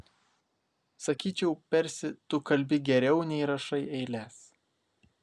sakyčiau persi tu kalbi geriau nei rašai eiles